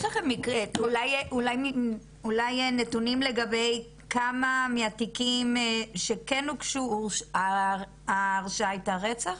יש לכם אולי נתונים לגבי כמה מהתיקים שכן הוגשו ההרשעה היתה רצח?